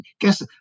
guess